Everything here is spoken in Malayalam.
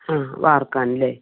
ആ വാർക്കാൻ അല്ലേ